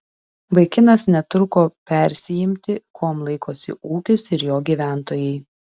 vaikinas netruko persiimti kuom laikosi ūkis ir jo gyventojai